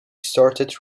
started